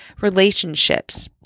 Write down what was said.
relationships